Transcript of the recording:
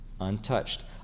untouched